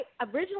originally